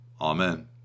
Amen